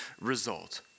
result